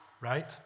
right